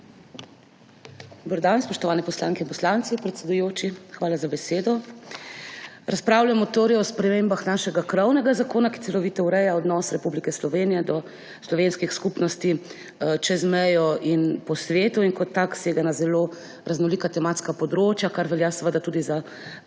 hvala za besedo.